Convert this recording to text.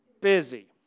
busy